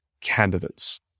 candidates